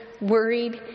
worried